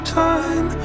time